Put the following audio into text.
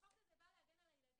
החוק הזה בא להגן על הילדים,